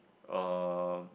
uh